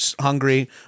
hungry